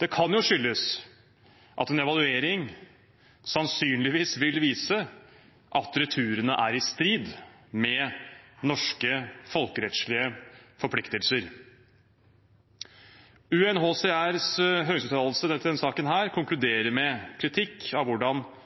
Det kan jo skyldes at en evaluering sannsynligvis vil vise at returene er i strid med norske folkerettslige forpliktelser. UNHCRs høyesterettsuttalelse til denne saken konkluderer med kritikk av hvordan